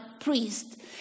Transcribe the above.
priest